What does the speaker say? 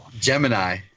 gemini